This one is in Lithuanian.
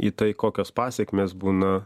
į tai kokios pasekmės būna